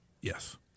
Yes